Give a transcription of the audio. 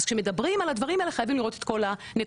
אז כשמדברים על הדברים האלה חייבים לראות את כל הנקודות.